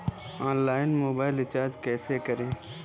Online mobile recharge कैसे करें?